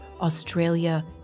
Australia